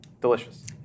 Delicious